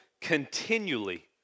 continually